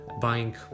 buying